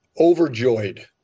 overjoyed